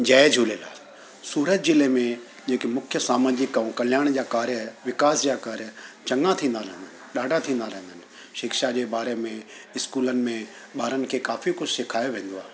जय झूलेलाल सूरत जिले में जेकी मुख्य सामाजिक ऐं कल्याण जा कार्य आहे विकास जा कार्य आहे चङा थींदा आहिनि ॾाढा थींदा रहंदा आहिनि शिक्षा जे बारे में स्कूलनि में ॿारनि खे काफ़ी कुछ सिखायो वेंदो आहे